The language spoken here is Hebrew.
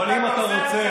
אבל אם אתה רוצה,